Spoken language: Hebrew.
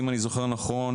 אם אני זוכר נכון,